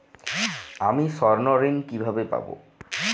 আমি স্বর্ণঋণ কিভাবে পাবো?